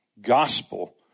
gospel